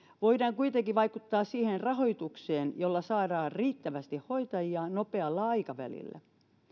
voimme kuitenkin vaikuttaa siihen rahoitukseen jolla saadaan riittävästi hoitajia nopealla aikavälillä